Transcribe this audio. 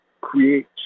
create